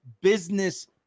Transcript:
business